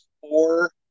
four